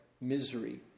misery